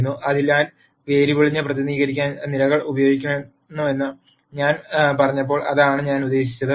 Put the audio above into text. അതിനാൽ വേരിയബിളിനെ പ്രതിനിധീകരിക്കാൻ നിരകൾ ഉപയോഗിക്കുന്നുവെന്ന് ഞാൻ പറഞ്ഞപ്പോൾ അതാണ് ഞാൻ ഉദ്ദേശിച്ചത്